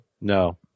No